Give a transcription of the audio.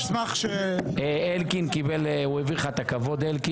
אני אשמח ש --- הוא העביר לך, אלקין.